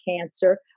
cancer